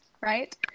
right